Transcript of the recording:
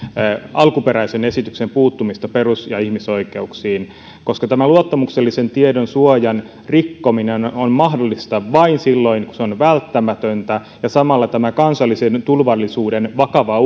alkuperäisen esityksen puuttumista perus ja ihmisoikeuksiin koska tämä luottamuksellisen tiedon suojan rikkominen on mahdollista vain silloin kun se on välttämätöntä ja samalla kansallisen turvallisuuden vakavan